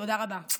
תודה רבה.